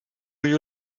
you